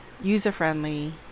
user-friendly